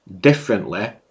differently